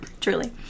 truly